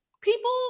people